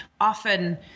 often